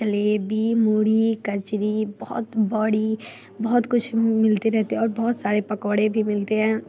जलेबी मूढ़ी कचरी बहुत बड़ी बहुत कुछ मिलते रहते हैं और बहुत सारे पकौड़े भी मिलते हैं